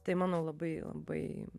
tai manau labai labai